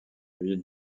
ville